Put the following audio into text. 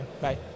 Bye